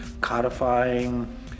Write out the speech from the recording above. codifying